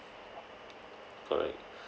correct